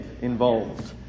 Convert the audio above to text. involved